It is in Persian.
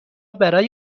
برای